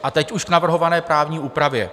A teď už k navrhované právní úpravě.